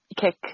kick